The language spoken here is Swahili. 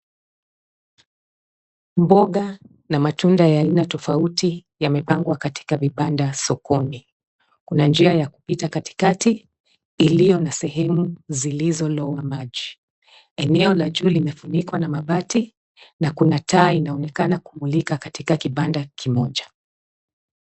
Mboga na matunda ya aina tofauti, yamepangwa katika vibanda sokoni. Kuna njia ya kupita katikati, iliyo na sehemu zilizolowa maji. Eneo la juu limefunikwa na mabati, na kuna taa inaonekana kumulika katika kibanda kimoja.